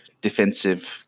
defensive